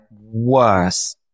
worse